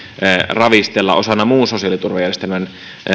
ravistella osana muun sosiaaliturvajärjestelmän